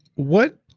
what